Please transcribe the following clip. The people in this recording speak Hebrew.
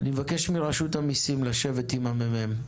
אני מבקש מרשות המיסים לשבת עם המ"מ,